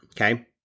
okay